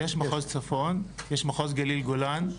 יש מחוז צפון ויש מחוז גליל גולן.